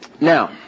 Now